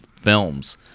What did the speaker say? films